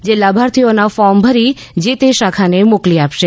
જે લાભાર્થીઓના ફોર્મ ભરી જે તે શાખાને મોકલી આપશે